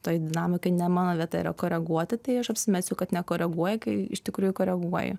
toj dinamikoj ne mano vieta yra koreguoti tai aš apsimesiu kad nekoreguoju kai iš tikrųjų koreguoju